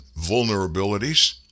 vulnerabilities